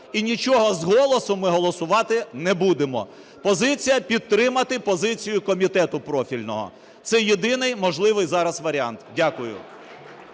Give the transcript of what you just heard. і нічого з голосу ми голосувати не будемо. Позиція: підтримати позицію комітету профільного. Це єдиний можливий зараз варіант. Дякую.